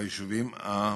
ביישובים המוכרים?